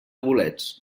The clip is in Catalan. bolets